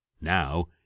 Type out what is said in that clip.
Now